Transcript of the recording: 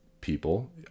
people